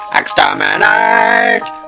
exterminate